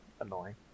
Annoying